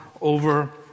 over